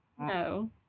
no